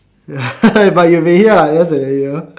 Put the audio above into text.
but you have been here like less than a year